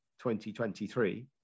2023